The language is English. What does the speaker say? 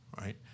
Right